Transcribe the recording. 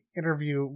interview